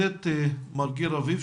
מר גיל רביב,